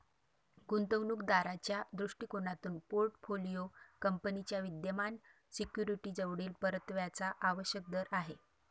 गुंतवणूक दाराच्या दृष्टिकोनातून पोर्टफोलिओ कंपनीच्या विद्यमान सिक्युरिटीजवरील परताव्याचा आवश्यक दर आहे